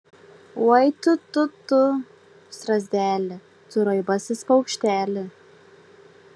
oi tu tu tu strazdeli tu raibasis paukšteli